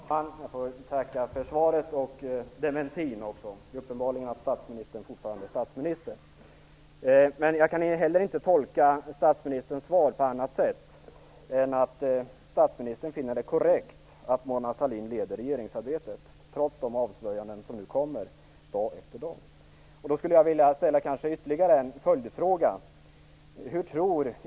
Fru talman! Jag tackar för svaret, liksom för dementin. Uppenbarligen är statsministern fortfarande statsminister. Men jag kan inte tolka statsministerns svar på annat sätt än att statsministern finner det korrekt att Mona Sahlin leder regeringsarbetet, trots de avslöjanden som nu kommer dag efter dag.